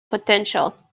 potential